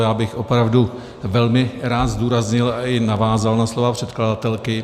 Já bych opravdu rád zdůraznil i navázal na slova předkladatelky.